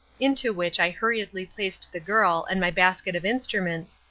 into which i hurriedly placed the girl and my basket of instruments,